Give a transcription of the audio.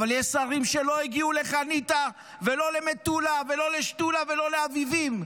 אבל יש שרים שלא הגיעו לחניתה ולא למטולה ולא לשתולה ולא לאביבים,